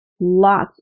lots